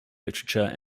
literature